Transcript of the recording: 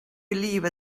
believe